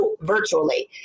virtually